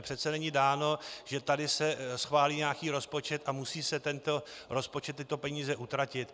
Přece není dáno, že se tady schválí nějaký rozpočet a musí se tento rozpočet, tyto peníze, utratit.